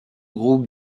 groupe